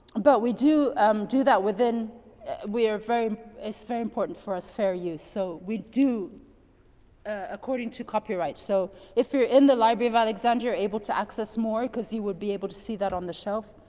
um but we do um do that within we're very it's very important for us for our use. so we do according to copyright. so if you're in the library of alexandria, able to access more, because you would be able to see that on the shelf.